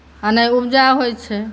आ नहि उपजा होइत छै